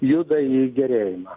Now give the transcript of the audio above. juda į gerėjimą